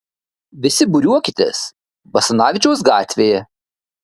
visi būriuokitės basanavičiaus gatvėje